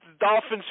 Dolphins